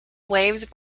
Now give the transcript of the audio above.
waived